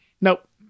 nope